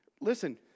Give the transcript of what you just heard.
Listen